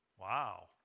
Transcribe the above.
Wow